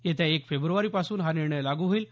येत्या एक फेब्रवारीपासून हा निर्णय लागू होईल